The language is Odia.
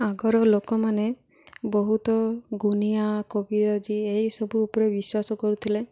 ଆଗର ଲୋକମାନେ ବହୁତ ଗୁଣିଆ କବିରାଜ ଏଇସବୁ ଉପରେ ବିଶ୍ୱାସ କରୁଥିଲେ